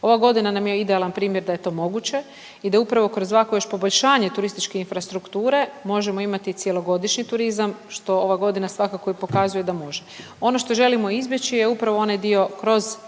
Ova godina nam je idealan primjer da je to moguće i da upravo kroz ovakvo još poboljšanje turističke infrastrukture možemo imati i cjelogodišnji turizam, što ova godina svakako i pokazuje da može. Ono što želimo izbjeći je upravo onaj dio kroz